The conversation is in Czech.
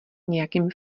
nějakým